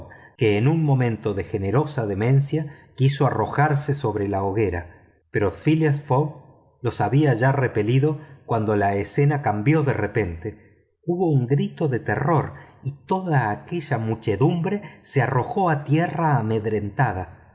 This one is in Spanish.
que en un momento de generosa demencia quiso arrojarse sobre la hoguera pero phileas fogg los había ya repelido cuando la escena cambió de repente hubo un grito de terror y toda aquella muchedumbre se arrojó a tierra amedrentada